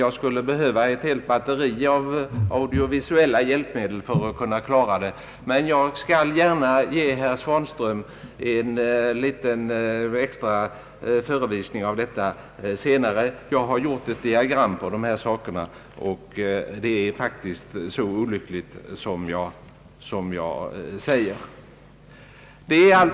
Jag skulle ha behövt ett helt batteri av visuella hjälpmedel för att klara det, men jag skall gärna ge herr Svanström en liten extra föreläsning senare. Jag har gjort ett diagram som belyser dessa förhållanden, och det visar hur olyckligt schablonen är utformad.